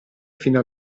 fino